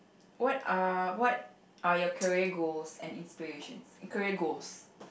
what are what are you career goals and inspirations